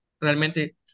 realmente